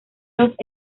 los